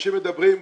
אנשים מדברים,